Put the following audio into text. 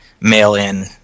mail-in